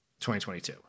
2022